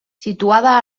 situada